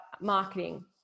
marketing